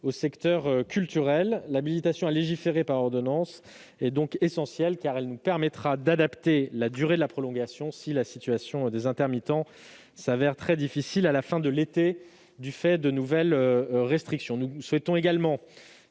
au secteur culturel. L'habilitation à légiférer par ordonnances est donc essentielle, car elle nous permettra d'adapter la durée de la prolongation, si la situation des intermittents se révèle très difficile à la fin de l'été prochain, du fait de nouvelles restrictions. Nous souhaitons également